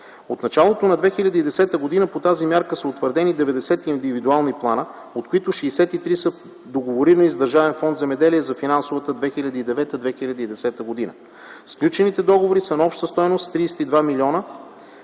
От началото на 2010 г. по тази мярка са утвърдени 90 индивидуални плана, от които 63 са договорирани с Държавен фонд „Земеделие” за финансовата 2009-2010 г. Сключените договори са на обща стойност 32 млн.